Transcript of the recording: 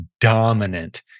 dominant